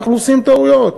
אנחנו עושים טעויות.